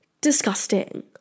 disgusting